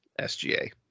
SGA